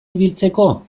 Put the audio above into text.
ibiltzeko